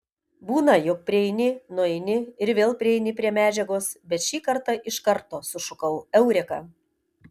būna jog prieini nueini ir vėl prieini prie medžiagos bet šį kartą iš karto sušukau eureka